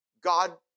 God